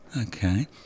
Okay